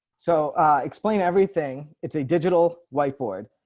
so explain everything. it's a digital whiteboard.